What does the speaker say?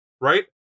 right